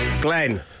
Glenn